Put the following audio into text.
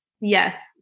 Yes